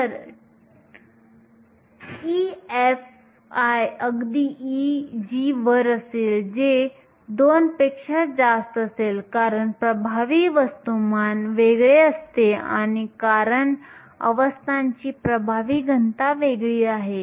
जर T 0 असेल तर EFi अगदी Eg वर असेल जे 2 पेक्षा जास्त असेल कारण प्रभावी वस्तुमान वेगळे असते आणि कारण अवस्थांची प्रभावी घनता वेगळी आहे